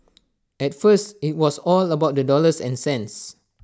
at first IT was all about the dollars and cents